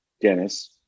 Dennis